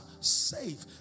Safe